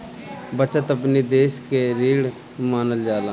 बचत अपनी देस के रीढ़ मानल जाला